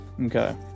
Okay